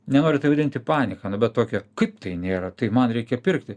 nenoriu tai vadinti panika nu bet tokia kaip tai nėra tai man reikia pirkti